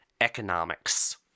economics